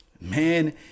man